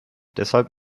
deshalb